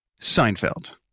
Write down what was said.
Seinfeld